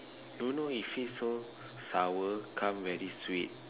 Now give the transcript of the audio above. don't know it feels so sour come very sweet